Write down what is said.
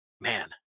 man